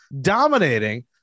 dominating